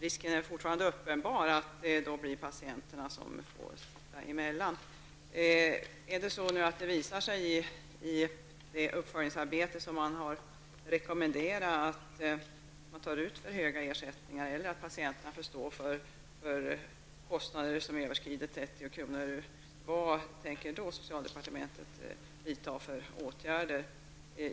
Risken är fortfarande uppenbar att det blir patienterna som får sitta emellan. Är det så att det visar sig i det uppföljningsarbete som man har rekommenderat att det tas ut för höga ersättningar eller att patienterna får stå för kostnader som överskrider 30 kr. -- vilka åtgärder tänker socialdepartementet då vidta?